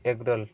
একদল